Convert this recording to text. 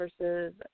versus